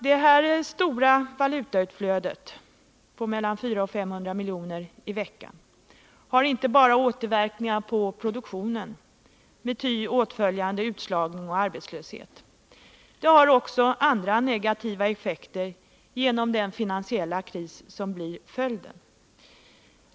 Det stora valutautflödet på mellan 400 och 500 milj.kr. i veckan har inte bara återverkningar på produktionen med ty åtföljande utslagning och arbetslöshet. Det har också andra negativa effekter genom den finansiella kris som blir följden.